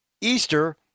Easter